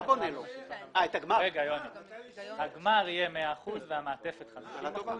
הגמר יהיה 100%, המעטפת תהיה 50%,